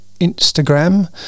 Instagram